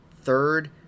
third